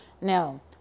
Now